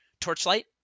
torchlight